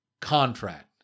contract